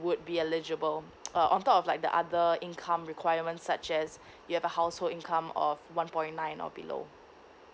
would be eligible uh on top of like the other income requirement such as you have a household income of one point nine or below